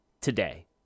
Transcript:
today